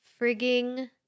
Frigging